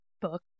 book